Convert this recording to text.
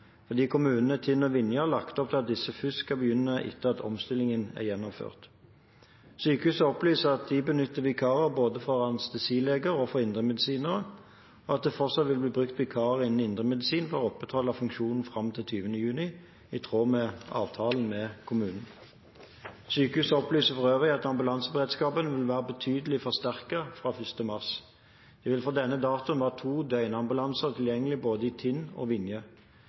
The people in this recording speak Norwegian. Kommunene Tinn og Vinje har lagt opp til at disse først skal begynne etter at omstillingen er gjennomført. Sykehuset opplyser at de benytter vikarer både for anestesileger og for indremedisinere, og at det fortsatt vil bli brukt vikarer innen indremedisin for å opprettholde funksjonen fram til 20. juni, i tråd med avtalen med kommunen. Sykehuset opplyser for øvrig at ambulanseberedskapen vil være betydelig forsterket fra 1. mars. Det vil fra denne dato være to døgnambulanser tilgjengelig både i Tinn og i Vinje.